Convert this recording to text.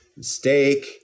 steak